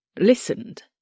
listened